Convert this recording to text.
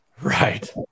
Right